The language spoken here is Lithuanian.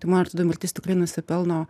tai man atrodo mirtis tikrai nusipelno